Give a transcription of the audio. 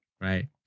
right